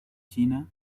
china